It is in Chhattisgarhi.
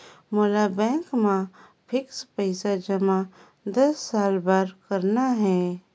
मोला बैंक मा फिक्स्ड पइसा जमा दस साल बार करना हे?